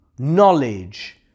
Knowledge